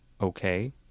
okay